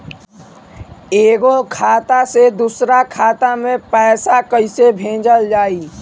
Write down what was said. एगो खाता से दूसरा खाता मे पैसा कइसे भेजल जाई?